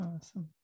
Awesome